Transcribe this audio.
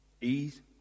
ease